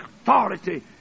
authority